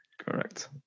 correct